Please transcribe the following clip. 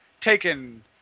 taken